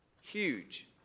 huge